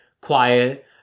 quiet